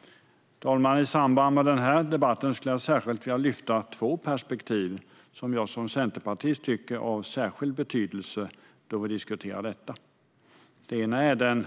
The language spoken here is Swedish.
Herr talman! I denna debatt skulle jag vilja lyfta fram två perspektiv som jag som centerpartist tycker är av särskild betydelse när vi diskuterar detta. Det är